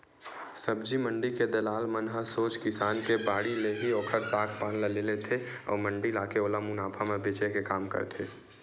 सब्जी मंडी के दलाल मन ह सोझ किसान के बाड़ी ले ही ओखर साग पान ल ले लेथे अउ मंडी लाके ओला मुनाफा म बेंचे के काम करथे